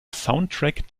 soundtrack